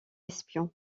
espion